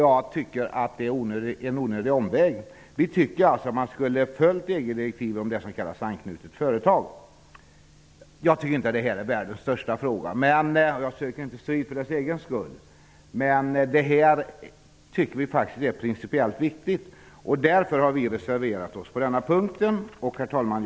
Jag tycker att detta är en onödig omväg. Man borde ha följt EG-direktiven om det som kallas för anknutet företag. Det här är inte världens största fråga, och jag söker inte strid för dess egen skull. Men eftersom vi anser att detta är principiellt viktigt har vi reserverat oss på denna punkt. Herr talman!